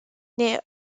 near